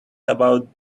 about